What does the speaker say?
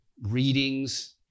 readings